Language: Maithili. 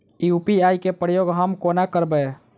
यु.पी.आई केँ प्रयोग हम कोना करबे?